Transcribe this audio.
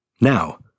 Now